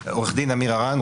שמי עמיר הרן,